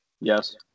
Yes